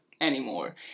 anymore